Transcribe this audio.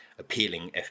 appealing